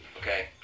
Okay